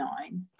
nine